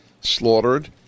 slaughtered